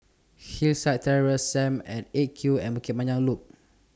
Hillside Terrace SAM At eight Q and Bukit Panjang Loop